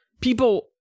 people